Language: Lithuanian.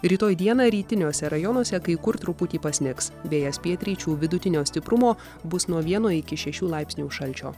rytoj dieną rytiniuose rajonuose kai kur truputį pasnigs vėjas pietryčių vidutinio stiprumo bus nuo vieno iki šešių laipsnių šalčio